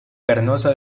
carnosa